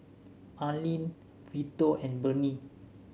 Alene Vito and Burney